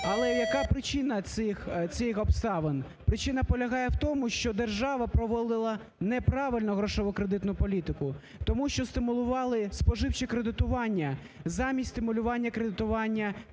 Але яка причина цих обставин? Причина полягає в тому, що держава проводила неправильно грошово-кредитну політику, тому що стимулювали споживче кредитування замість стимулювання кредитування